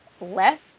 less